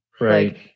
right